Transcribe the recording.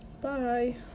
bye